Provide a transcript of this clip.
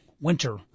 winter